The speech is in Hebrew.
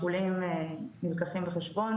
שאתם צריכים לשלם אחר כך לבתי חולים.